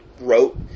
wrote